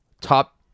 top